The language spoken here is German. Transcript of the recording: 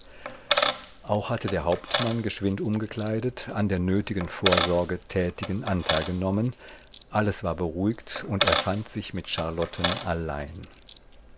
auch hatte der hauptmann geschwind umgekleidet an der nötigen vorsorge tätigen anteil genommen alles war beruhigt und er fand sich mit charlotten allein